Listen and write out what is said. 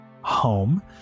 home